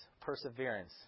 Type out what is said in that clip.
perseverance